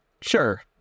Sure